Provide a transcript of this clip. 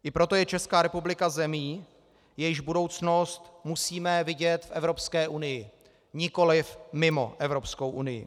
I proto je Česká republika zemí, jejíž budoucnost musíme vidět v Evropské unii, nikoliv mimo Evropskou unii.